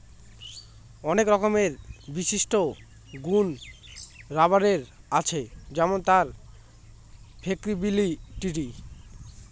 অনেক রকমের বিশিষ্ট গুন রাবারের আছে যেমন তার ফ্লেক্সিবিলিটি